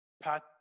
Pat